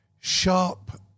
sharp